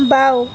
বাওঁ